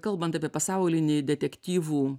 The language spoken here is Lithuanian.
kalbant apie pasaulinį detektyvų